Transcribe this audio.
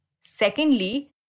Secondly